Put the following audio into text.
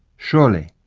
surely,